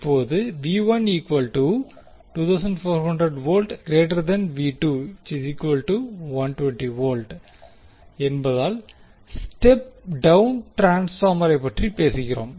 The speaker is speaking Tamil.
இப்போது என்பதால் ஸ்டெப் டவுன் டிரான்ஸ்பார்மரைப் பற்றி பேசுகிறோம்